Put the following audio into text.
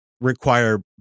require